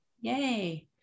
yay